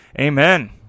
Amen